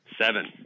Seven